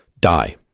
die